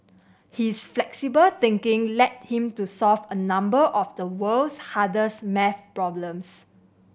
his flexible thinking led him to solve a number of the world's hardest maths problems problems